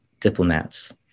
diplomats